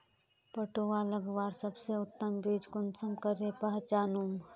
पटुआ लगवार सबसे उत्तम बीज कुंसम करे पहचानूम?